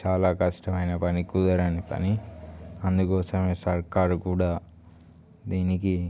చాలా కష్టమైన పని కుదరని పని అందుకోసమే సర్కారు కూడా దీనికి